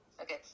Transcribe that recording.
Okay